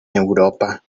europa